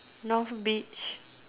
north beach